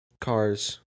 cars